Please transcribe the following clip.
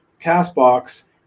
CastBox